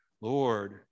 Lord